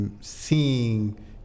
seeing